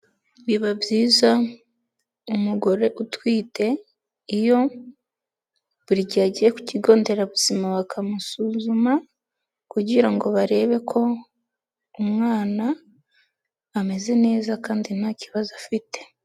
Biba byiza umugore utwite iyo buri gihe agiye ku kigo nderabuzima bakamusuzuma kugira ngo barebe ko umwana ameze neza kandi nta kibazo afite.